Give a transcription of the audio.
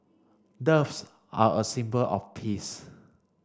doves are a symbol of peace